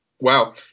Wow